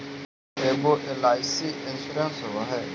ऐगो LIC insurance होव है?